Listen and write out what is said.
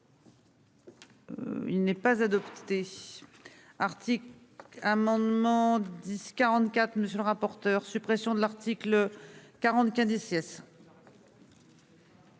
Il n'est pas adopté. Article. Amendement 10 44. Monsieur le rapporteur. Suppression de l'article 40 ICS.